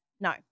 no